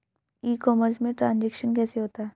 ई commerce में transaction कैसे होता है?